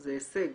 זה הישג.